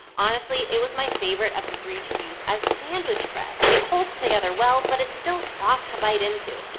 honestly it was my favorite of the three to use as sandwich bread. it holds together well but it's still soft to bite into.